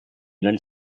united